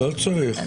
לא צריך.